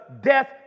death